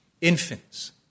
Infants